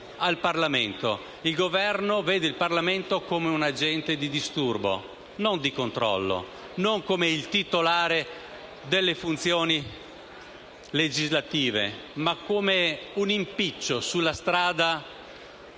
Il Governo vede il Parlamento come un agente di disturbo e non di controllo, non come il titolare della funzione legislativa, ma come un impiccio sulla strada